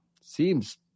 seems